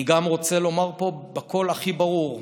אני גם רוצה לומר פה בקול הכי ברור: